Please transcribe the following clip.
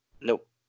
Nope